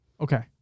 Okay